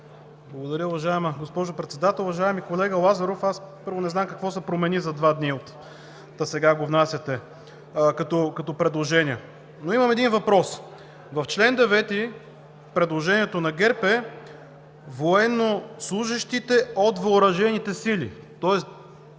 Благодаря, уважаема госпожо Председател. Уважаеми колега Лазаров, първо, не знам какво се промени за два дни, та сега го внасяте като предложение, но имам един въпрос. В чл. 9 предложението на ГЕРБ е: военнослужещите от въоръжените сили,